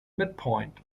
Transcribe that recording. midpoint